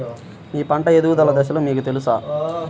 మీ పంట ఎదుగుదల దశలు మీకు తెలుసా?